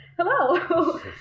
hello